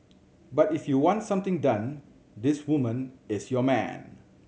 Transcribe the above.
but if you want something done this woman is your man